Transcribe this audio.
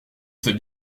sais